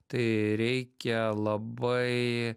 tai reikia labai